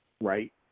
right